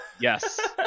yes